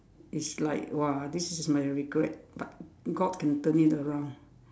it's like !wah! this is my regret but God can turn it around